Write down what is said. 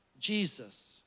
Jesus